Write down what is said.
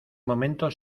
momento